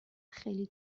خیلی